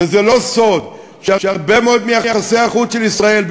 וזה לא סוד שהרבה מאוד מיחסי החוץ של ישראל,